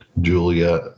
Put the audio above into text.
Julia